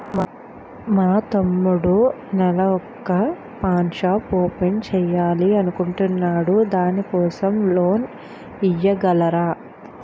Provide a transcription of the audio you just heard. మా తమ్ముడు నెల వొక పాన్ షాప్ ఓపెన్ చేయాలి అనుకుంటునాడు దాని కోసం లోన్ ఇవగలరా?